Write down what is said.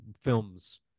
films